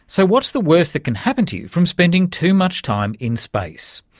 so what's the worst that can happen to you from spending too much time in space?